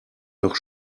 noch